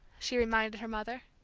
she reminded her mother.